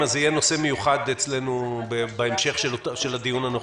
זה יהיה אצלנו נושא מיוחד בהמשך של הדיון הנוכחי.